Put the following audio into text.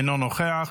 אינו נוכח,